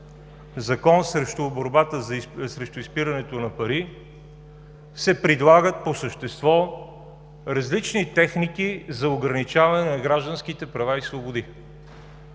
Закон срещу изпирането на пари се предлагат по същество различни техники за ограничаване на гражданските права и свободи.